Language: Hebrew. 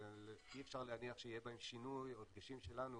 אבל אי אפשר להניח שיהיה בהם שינוי או דגשים שלנו